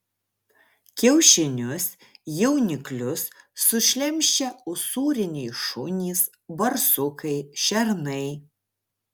kiaušinius jauniklius sušlemščia usūriniai šunys barsukai šernai